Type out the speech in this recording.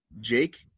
Jake